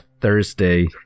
Thursday